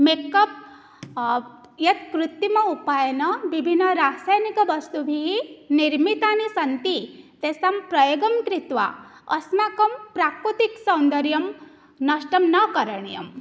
makeup यत् कृत्रिम उपायेन विभिन्नरासायनिकवस्तुभिः निर्मितानि सन्ति तेषां प्रयोगं कृत्वा अस्माकं प्राकृतिकसौन्दर्यं नष्टं न करणीयम्